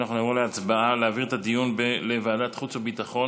אנחנו נעבור להצבעה על העברת הדיון לוועדת החוץ והביטחון,